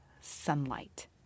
sunlight